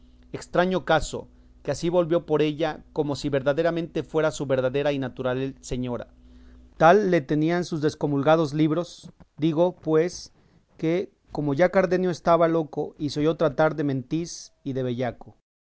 estraño caso que así volvió por ella como si verdaderamente fuera su verdadera y natural señora tal le tenían sus descomulgados libros digo pues que como ya cardenio estaba loco y se oyó tratar de mentís y de bellaco